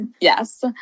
Yes